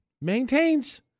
maintains